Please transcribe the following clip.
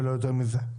ולא יותר מזה.